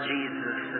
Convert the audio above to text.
Jesus